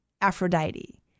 Aphrodite